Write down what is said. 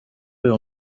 uyu